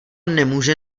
nemůže